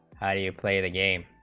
i you play the game